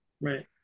right